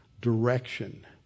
direction